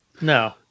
No